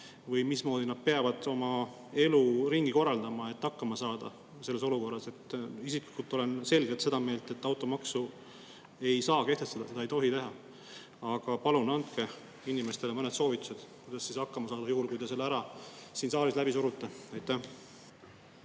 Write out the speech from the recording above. või mismoodi nad peavad oma elu ringi korraldama, et selles olukorras hakkama saada? Isiklikult olen selgelt seda meelt, et automaksu ei saa kehtestada, seda ei tohi teha. Aga palun andke inimestele mõned soovitused, kuidas hakkama saada, juhul kui te siin saalis selle läbi surute. Aitäh,